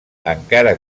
encara